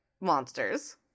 monsters